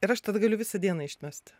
ir aš tada galiu visą dieną ištmest